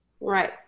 Right